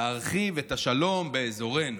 להרחיב את השלום באזורנו.